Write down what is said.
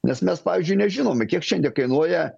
nes mes pavyzdžiui nežinome kiek šiandien kainuoja